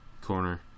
corner